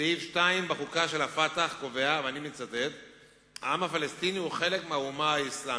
סעיף 2 בחוקה של ה"פתח" קובע: "העם הפלסטיני הוא חלק מהאומה האסלאמית",